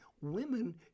women